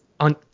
On